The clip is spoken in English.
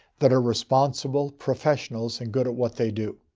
that are responsible professionals and good at what they do.